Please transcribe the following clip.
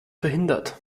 verhindert